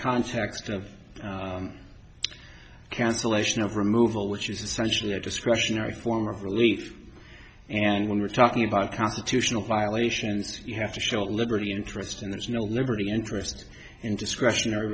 context of cancellation of removal which is essentially a discretionary form of relief and when we're talking about constitutional violations you have to show a liberty interest and there's no liberty interest in discretionary